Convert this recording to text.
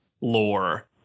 lore